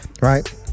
right